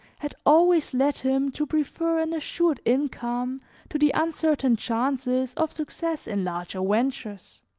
had always led him to prefer an assured income to the uncertain chances of success in larger ventures.